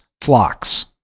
flocks